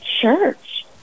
church